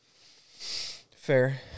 Fair